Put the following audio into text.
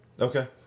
Okay